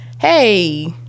Hey